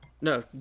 No